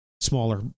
smaller